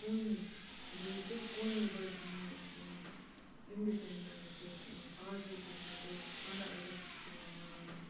قومی بٔڑۍ دۄہ قومی بٔڑۍ دۄہَن مَنٛز چھِ یِوان اِنڈِپٮ۪نٛڈنٕس ڈے چھُ یِوان آزٲدی ہُنٛد دۄہ یُس پَنٛداہ اَگَست چھُ یِوان مناونہٕ